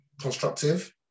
constructive